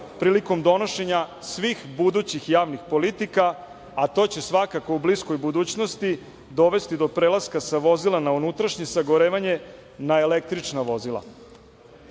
prilikom donošenja svih budućih javnih politika, a to će svakako u bliskoj budućnosti dovesti do prelaska sa vozila sa unutrašnjim sagorevanjem na električna vozila.U